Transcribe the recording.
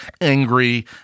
angry